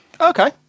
Okay